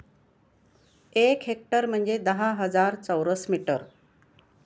एक हेक्टर म्हणजे दहा हजार चौरस मीटर